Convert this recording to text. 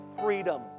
freedom